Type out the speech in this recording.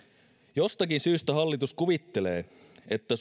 jostakin syystä hallitus kuvittelee että